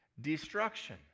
destruction